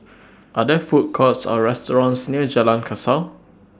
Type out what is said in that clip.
Are There Food Courts Or restaurants near Jalan Kasau